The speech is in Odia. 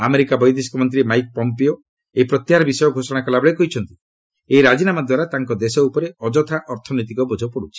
ଆମେରିକା ବୈଦେଶିକ ମନ୍ତ୍ରୀ ମାଇକ୍ ପମ୍ପିଓ ଏହି ପ୍ରତ୍ୟାହାର ବିଷୟ ଘୋଷଣା କଲାବେଳେ କହିଛନ୍ତି ଏହି ରାଜିନାମା ଦ୍ୱାରା ତାଙ୍କ ଦେଶ ଉପରେ ଅଯଥା ଅର୍ଥନୈତିକ ବୋଝ ପଡ଼ୁଛି